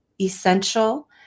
essential